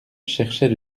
cherchait